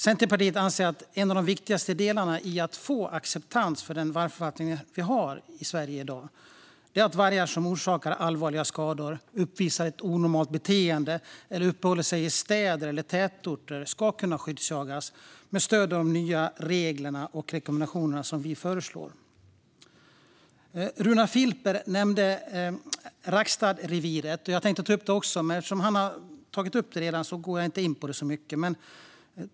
Centerpartiet anser att en av de viktigaste delarna i att få acceptans för den vargförvaltning vi har i Sverige i dag är att vargar som orsakar allvarliga skador, uppvisar ett onormalt beteende eller uppehåller sig i städer eller tätorter ska kunna skyddsjagas med stöd av de nya reglerna och de rekommendationer vi föreslår. Runar Filper nämnde Rackstadreviret. Även jag hade tänkt ta upp det, men eftersom han redan har tagit upp det går jag inte in på det så mycket.